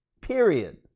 Period